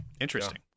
Interesting